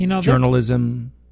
Journalism